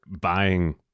buying